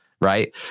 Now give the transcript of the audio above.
Right